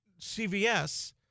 CVS